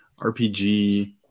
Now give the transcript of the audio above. RPG